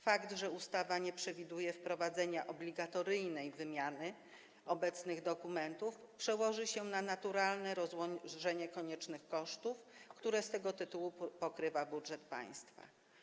Fakt, że ustawa nie przewiduje wprowadzenia obligatoryjnej wymiany obecnych dokumentów, przełoży się na naturalne rozłożenie koniecznych kosztów, które z tego tytułu pokrywa budżet państwa.